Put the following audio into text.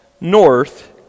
north